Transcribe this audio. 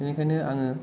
बिनिखायनो आङो